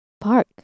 Park